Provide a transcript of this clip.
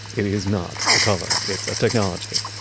it is not a color. it's a technology.